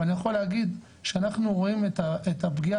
אבל אני יכול להגיד שאנחנו רואים את הפגיעה